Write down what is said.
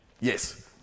Yes